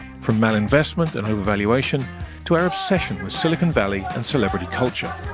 from malinvestment and overvaluation to our obsession with silicon valley and celebrity culture.